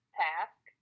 task